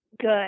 good